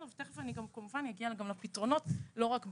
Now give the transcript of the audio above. תכף אני גם כמובן אגיע לפתרונות ולא רק לבעיות.